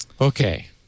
Okay